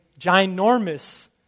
ginormous